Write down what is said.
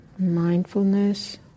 Mindfulness